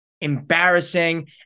Embarrassing